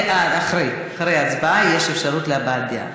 אחרי ההצבעה יש אפשרות להבעת דעה.